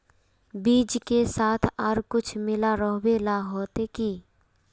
बीज के साथ आर कुछ मिला रोहबे ला होते की?